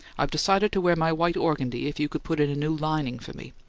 i've decided to wear my white organdie if you could put in a new lining for me.